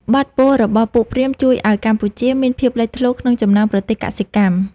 បទពោលរបស់ពួកព្រាហ្មណ៍ ជួយឱ្យកម្ពុជាមានភាពលេចធ្លោក្នុងចំណោមប្រទេសកសិកម្ម។